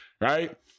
right